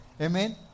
Amen